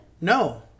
No